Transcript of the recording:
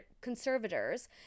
conservators